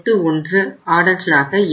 81 ஆர்டர்களாக இருக்கும்